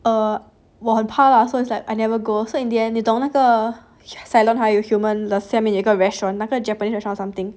err 我很很怕 lah so it's like I never go so in the end 你懂那个 cylon 还有 human 下面有一个 restaurant 那个 japanese restaurant or something